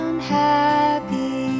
Unhappy